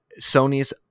Sony's